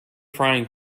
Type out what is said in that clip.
frying